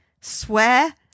swear